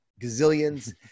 gazillions